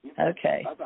Okay